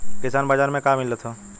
किसान बाजार मे का मिलत हव?